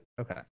okay